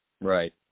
Right